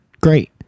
Great